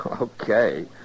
Okay